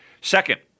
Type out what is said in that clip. Second